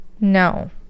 No